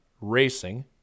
racing